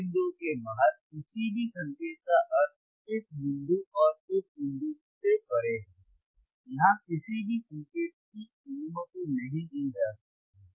इन बिंदुओं के बाहर किसी भी संकेत का अर्थ इस बिंदु और इस बिंदु से परे है यहां किसी भी संकेत की अनुमति नहीं दी जा सकती है